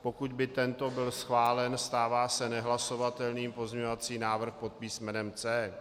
Pokud by tento byl schválen, stává se nehlasovatelným pozměňovací návrh pod písmenem C.